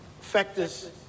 factors